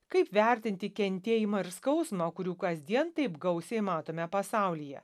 kaip vertinti kentėjimą ir skausmą kurių kasdien taip gausiai matome pasaulyje